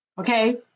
Okay